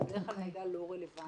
זה בדרך כלל מידע לא רלבנטי.